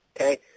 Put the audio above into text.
okay